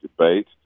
debate